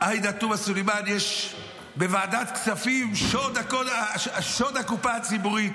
עאידה תומא סלימאן: בוועדת הכספים יש שוד של הקופה הציבורית.